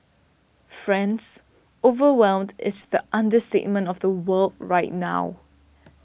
friends overwhelmed is the understatement of the world right now